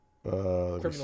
Criminal